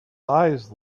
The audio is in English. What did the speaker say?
eyes